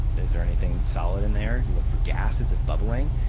is there anything solid in there? you look for gas. is it bubbling?